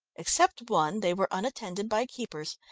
except one, they were unattended by keepers,